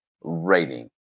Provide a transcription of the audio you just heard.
rating